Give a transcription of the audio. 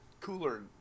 cooler